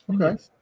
Okay